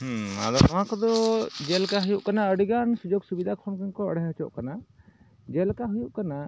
ᱦᱮᱸ ᱟᱫᱚ ᱱᱚᱣᱟ ᱠᱚᱫᱚ ᱡᱮᱞᱮᱠᱟ ᱦᱩᱭᱩᱜ ᱠᱟᱱᱟ ᱟᱹᱰᱤᱜᱟᱱ ᱥᱩᱡᱳᱜᱽ ᱥᱩᱵᱤᱫᱷᱟ ᱠᱷᱚᱱ ᱠᱚ ᱮᱲᱮ ᱦᱚᱪᱚᱜ ᱠᱟᱱᱟ ᱡᱮᱞᱮᱠᱟ ᱦᱩᱭᱩᱜ ᱠᱟᱱᱟ